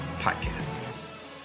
podcast